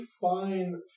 fine